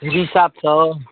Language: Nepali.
रेसेप छ